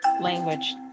language